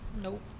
Nope